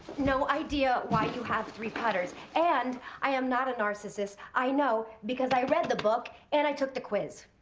no idea why you have three putters. and i am not an narcissist, i know because i read the book and i took the quiz.